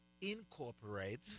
incorporate